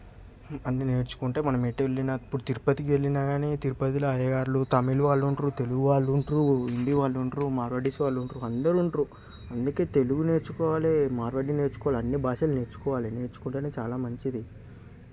అన్ని నేర్చుకుంటే మనం ఎటెళ్లిన ఇప్పుడు తిరుపతికి వెళ్లిన గాని ఇప్పుడు తిరుపతిలో అయ్యగార్లు తమిళ్ వాళ్ళుంటారు తెలుగు వాళ్ళుంటారు హిందీ వాళ్ళుంటారు మార్వాడీస్ వాళ్ళుంటారు అందరు ఉంట్రు అందుకే తెలుగు నేర్చుకోవాలే మార్వాడి నేర్చుకోవాలి అన్ని భాషలు నేర్చుకోవాలి నేర్చుకుంటేనే చాలా మంచిది